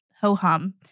ho-hum